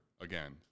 again